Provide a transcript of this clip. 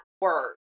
word